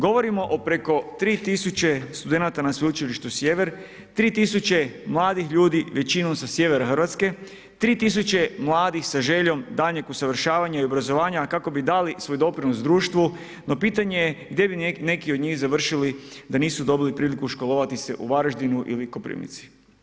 Govorimo o preko 3000 studenata na Sveučilištu Sjever, 3000 mladih ljudi, većinom sa sjevera Hrvatske, 3000 mladih sa željom daljnjeg usavršavanja i obrazovanja kako bi dali svoj doprinos društvu, no pitanje je, gdje bi neki od njih završili da nisu dobili priliku školovati se u Varaždinu ili Kopirnici.